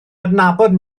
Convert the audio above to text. adnabod